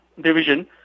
division